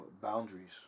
Boundaries